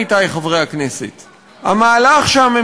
יותר נשק ברחובות זה החמרה של הבעיה,